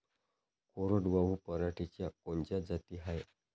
कोरडवाहू पराटीच्या कोनच्या जाती हाये?